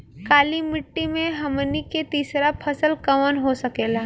काली मिट्टी में हमनी के तीसरा फसल कवन हो सकेला?